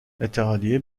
اتحادیه